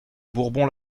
bourbon